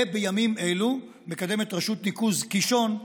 בימים אלו מקדמת רשות ניקוז קישון,